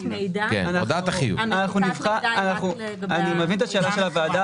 אני מבין את שאלת הוועדה.